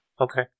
okay